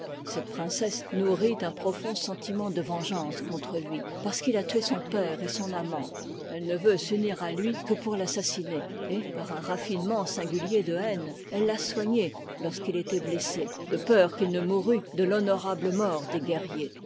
cette princesse nourrit un profond sentiment de vengeance contre lui parce qu'il a tué son père et son amant elle ne veut s'unir à lui que pour l'assassiner et par un raffinement singulier de haine elle l'a soigné lorsqu'il était blessé de peur qu'il ne mourût de l'honorable mort des guerriers